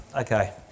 okay